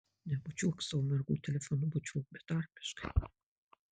nebučiuok savo mergų telefonu bučiuok betarpiškai